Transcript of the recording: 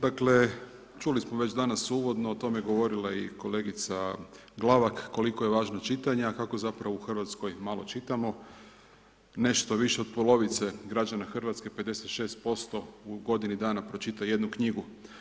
Dakle, čuli smo već danas uvodno, o tome je govorila i kolegica Glavak koliko je važno čitanje a kako zapravo u Hrvatskoj malo čitamo, nešto više od polovice građana Hrvatske 56% u godini dana pročita jednu knjigu.